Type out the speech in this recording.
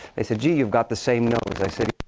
they said, gee. you've got the same nose. i said,